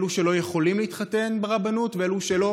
אלו שלא יכולים להתחתן ברבנות ואלו שלא